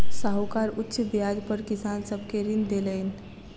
साहूकार उच्च ब्याज पर किसान सब के ऋण देलैन